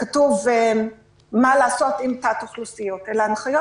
שכתוב מה לעשות אם תת-אוכלוסיות אלא ההנחיות